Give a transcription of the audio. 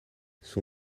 son